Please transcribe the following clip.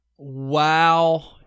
Wow